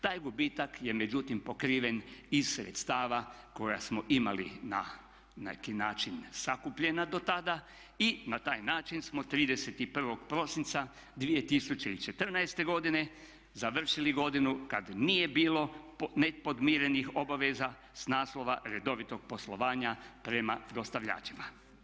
Taj gubitak je međutim pokriven iz sredstava koja smo imali na neki način sakupljena do tada i na taj način smo 31. prosinca 2014. godine završili godinu kad nije bilo nepodmirenih obaveza s naslova redovitog poslovanja prema dostavljačima.